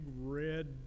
red